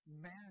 man